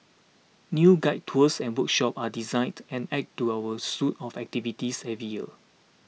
new guided tours and workshops are designed and added to our suite of activities every year